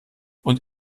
und